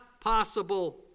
possible